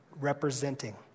representing